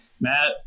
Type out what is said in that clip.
Matt